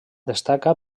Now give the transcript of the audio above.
destaca